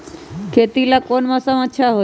खेती ला कौन मौसम अच्छा होई?